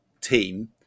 team